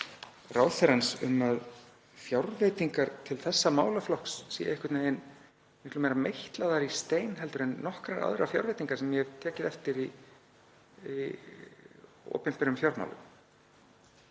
ráðherra um að fjárveitingar til þessa málaflokks séu einhvern veginn miklu meira meitlaðar í stein en nokkrar aðrar fjárveitingar sem ég hef tekið eftir í opinberum fjármálum.